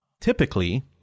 typically